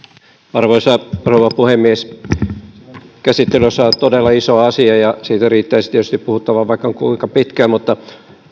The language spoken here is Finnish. arvoisa rouva puhemies käsittelyssä on todella iso asia ja siitä riittäisi tietysti puhuttavaa vaikka kuinka pitkään mutta